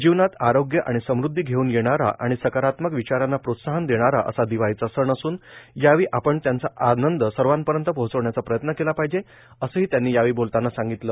जीवनात आरोग्य आणि समृद्धी घेऊन येणारा आणि सकारात्मक विचारांना प्रोत्साहन देणारा असा दिवाळीचा सण असून यावेळी आपण त्याचा आनंद सर्वांपर्यंत पोहोचवण्याचा प्रयत्न केला पाहिजे असं ही त्यांनी बोलतांना सांगितलं